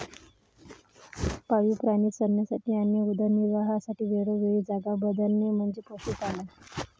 पाळीव प्राणी चरण्यासाठी आणि उदरनिर्वाहासाठी वेळोवेळी जागा बदलणे म्हणजे पशुपालन